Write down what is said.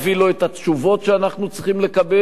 לא את התשובות שאנחנו צריכים לקבל,